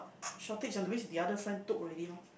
shortage ah that means the other friend took already loh